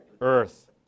Earth